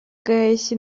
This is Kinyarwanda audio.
gaheshyi